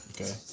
Okay